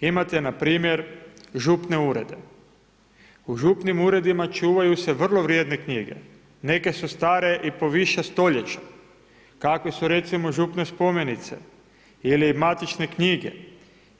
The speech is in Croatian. Imate npr. župne urede, u župnim uredima čuvaju se vrlo vrijedne knjige, neke su stare i po više stoljeća, kakve su recimo župne spomenice ili matične knjige